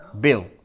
Bill